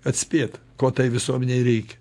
atspėt ko tai visuomenei reikia